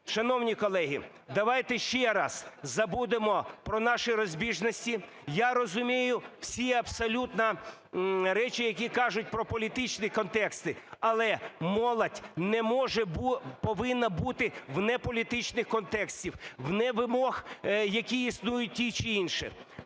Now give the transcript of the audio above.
Шановні колеги, давайте ще раз забудемо про наші розбіжності. Я розумію всі абсолютно речі, які кажуть про політичні контексти, але молодь не може бути, повинна бутивне політичних контекстів, вне вимог, які існують, ті чи інші.